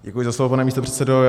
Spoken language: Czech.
Děkuji za slovo, pane místopředsedo.